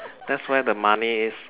that's where the money is